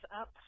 up